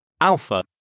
Alpha